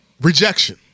Rejection